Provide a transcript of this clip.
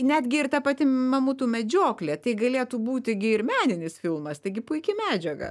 netgi ir ta pati mamutų medžioklė tai galėtų būti gi ir meninis filmas taigi puiki medžiaga